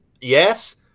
yes